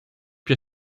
più